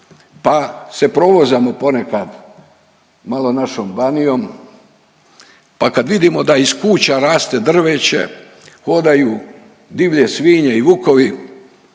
pa se provozamo ponekad malo našom Banijom pa kad vidimo da iz kuća raste drveće, hodaju divlje svinje i vukovi,